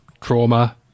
trauma